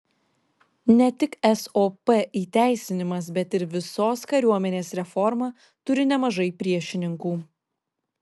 ne tik sop įteisinimas bet ir visos kariuomenės reforma turi nemažai priešininkų